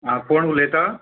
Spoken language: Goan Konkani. आं कोण उलयता